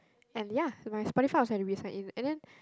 and ya my Spotify also have to resign in and then